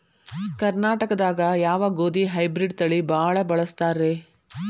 ಕರ್ನಾಟಕದಾಗ ಯಾವ ಗೋಧಿ ಹೈಬ್ರಿಡ್ ತಳಿ ಭಾಳ ಬಳಸ್ತಾರ ರೇ?